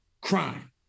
crime